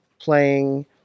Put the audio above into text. playing